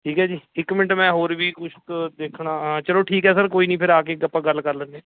ਠੀਕ ਹੈ ਜੀ ਇੱਕ ਮਿੰਟ ਮੈਂ ਹੋਰ ਵੀ ਕੁਛ ਕੁ ਦੇਖਣਾ ਚਲੋ ਠੀਕ ਹੈ ਸਰ ਕੋਈ ਨਹੀਂ ਫਿਰ ਆ ਕੇ ਆਪਾਂ ਗੱਲ ਕਰ ਲੈਂਦੇ ਹਾਂ